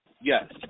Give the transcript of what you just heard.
Yes